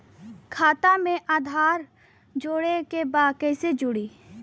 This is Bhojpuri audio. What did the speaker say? खाता में आधार जोड़े के बा कैसे जुड़ी?